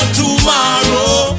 tomorrow